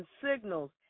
signals